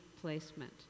placement